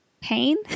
pain